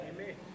Amen